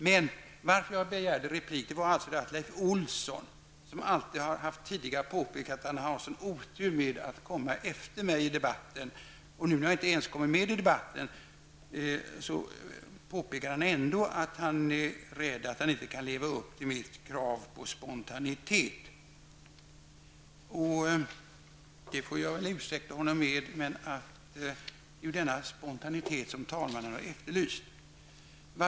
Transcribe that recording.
Jag begärde således replik därför att Leif Olsson -- som alltid tidigare har påpekat att han har en sådan otur med att komma efter mig i debatten -- åberopade mig. Nu när jag inte ens har kommit med i debatten, påpekade han ändå att han är rädd att han inte kan leva upp till mitt krav på spontanitet. Det får jag väl ursäkta honom. Men det är ju denna spontanitet som talmannen har efterlyst.